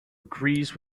agrees